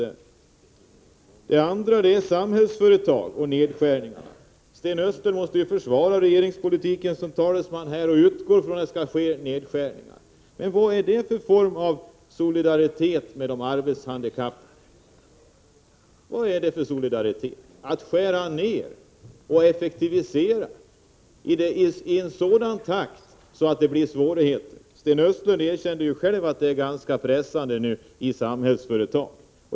Sedan till Samhällsföretag och nedskärningarna. Sten Östlund måste ju som socialdemokraternas talesman försvara regeringspolitiken. Därför utgår han ifrån att det skall bli nedskärningar. Men är det solidaritet med de arbetshandikappade? Är det solidaritet att skära ned och effektivisera i en sådan takt att det blir svårigheter? Sten Östlund erkände ju att situationen är ganska pressad för Samhällsföretag.